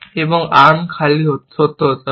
এবং আর্ম খালি সত্য হতে হবে